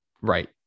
right